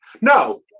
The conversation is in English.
no